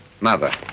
Mother